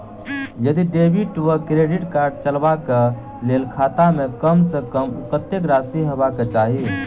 यदि डेबिट वा credit card चलबाक कऽ लेल खाता मे कम सऽ कम कत्तेक राशि हेबाक चाहि?